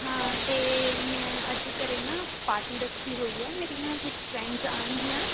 ਹਾਂ ਅਤੇ ਮੈਂ ਅੱਜ ਘਰ ਨਾ ਪਾਰਟੀ ਰੱਖੀ ਹੋਈ ਹੈ ਮੇਰੀਆਂ ਕੁਝ ਫਰੈਂਡਸ ਆਉਣਗੀਆਂ